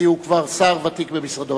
כי הוא כבר שר ותיק במשרדו.